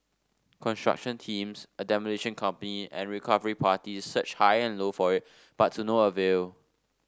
construction teams a demolition company and recovery parties searched high and low for it but to no avail